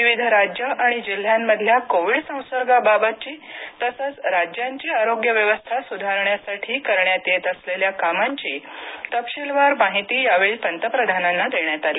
विविध राज्यं आणि जिल्ह्यामधल्या कोविड संसर्गाबाबतची तसंच राज्यांची आरोग्यव्यवस्था सुधारण्यासाठी करण्यात येत असलेल्या कामांची तपशीलवार माहिती यावेळी पंतप्रधानांना देण्यात आली